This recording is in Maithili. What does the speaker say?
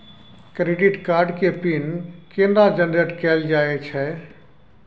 क्रेडिट कार्ड के पिन केना जनरेट कैल जाए छै?